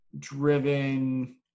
Driven